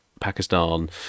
pakistan